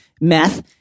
meth